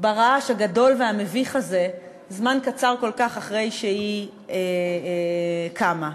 ברעש הגדול והמביך הזה זמן קצר כל כך אחרי שהיא קמה.